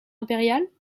impériale